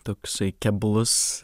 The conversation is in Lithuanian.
toksai keblus